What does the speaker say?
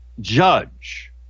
judge